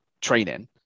training